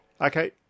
Okay